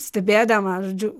stebėdama žodžiu